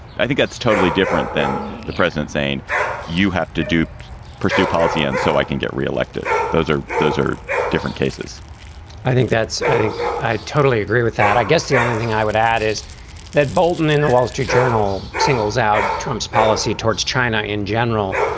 i think that's totally different than the president saying you have to do pursue policy and so i can get re-elected. those are those are different cases i think that's i think i totally agree with that. i guess the only thing i would add is that bolton in the wall street journal singles out trump's policy towards china in general,